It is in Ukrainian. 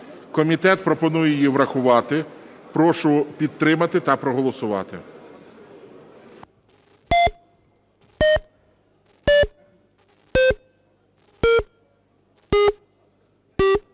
Комітет пропонує її врахувати. Прошу підтримати та проголосувати.